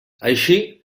així